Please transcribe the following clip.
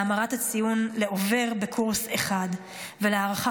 להמרת ציון לעובר בקורס אחד ולהערכה